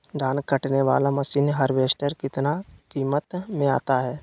धान कटने बाला मसीन हार्बेस्टार कितना किमत में आता है?